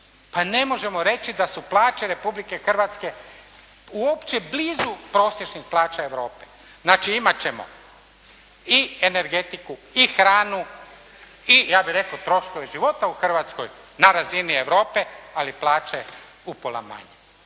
Pa ne možemo reći da su plaće Republike Hrvatske uopće blizu prosječnih plaća Europe. Znači, imat ćemo i energetiku i hranu i ja bih rekao troškove života u Hrvatskoj na razini Europe, ali plaće upola manje.